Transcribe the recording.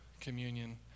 communion